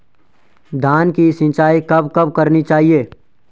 धान की सिंचाईं कब कब करनी चाहिये?